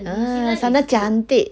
mm sana cantik